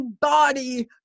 body